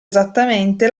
esattamente